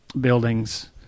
buildings